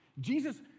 Jesus